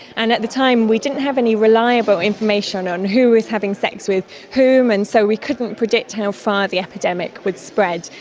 and at the time we didn't have any reliable information on who was having sex with whom and so we couldn't predict how far the epidemic would spread.